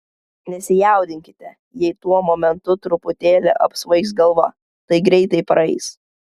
nesijaudinkite jei tuo momentu truputėlį apsvaigs galva tai greitai praeis